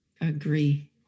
Agree